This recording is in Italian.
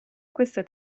questa